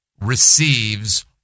receives